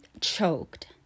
choked